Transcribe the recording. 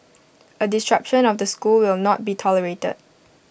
A disruption of the school will not be tolerated